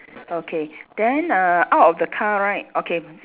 okay then err out of the car right okay